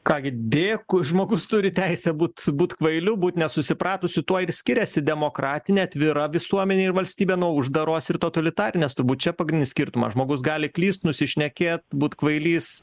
ką gi dėkui žmogus turi teisę būt būt kvailiu būt nesusipratusiu tuo ir skiriasi demokratinė atvira visuomenė ir valstybė nuo uždaros ir totalitarinės turbūt čia pagrindinis skirtumas žmogus gali klyst nusišnekėt būt kvailys